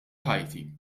ħajti